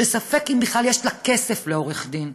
שספק אם בכלל יש לה כסף לעורך דין,